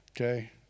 Okay